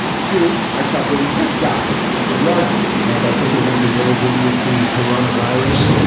soon i shall bring this guy into the argument and i think we're going to be very good with the corona virus.